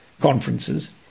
conferences